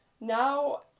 now